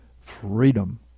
Freedom